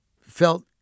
felt